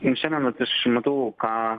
ir šiandien vat aš matau ką